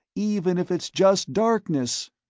even if it's just darkness.